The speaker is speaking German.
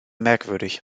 merkwürdig